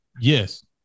Yes